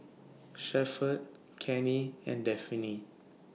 Shepherd Cannie and Daphne